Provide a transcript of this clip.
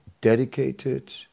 dedicated